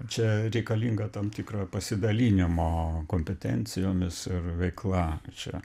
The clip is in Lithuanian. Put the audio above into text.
čia reikalinga tam tikro pasidalinimo kompetencijomis ir veikla čia